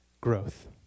growth